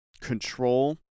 control